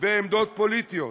ועמדות פוליטיות.